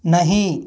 नहीं